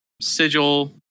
sigil